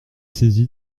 saisi